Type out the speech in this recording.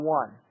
one